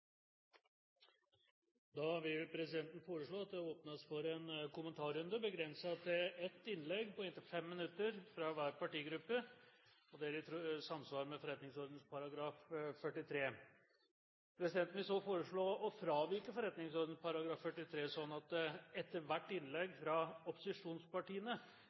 vil foreslå at det åpnes for en kommentarrunde, begrenset til ett innlegg på inntil 5 minutter fra hver partigruppe, i samsvar med forretningsordenens § 43. Presidenten vil så foreslå å fravike forretningsordenens § 43, slik at det etter hvert innlegg fra opposisjonspartiene